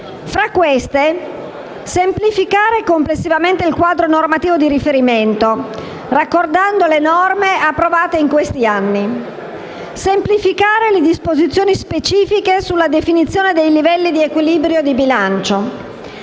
propone di semplificare complessivamente il quadro normativo di riferimento, raccordando le norme approvate in questi anni; di semplificare le disposizioni specifiche sulla definizione dei livelli di equilibrio di bilancio;